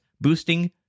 boosting